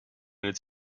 its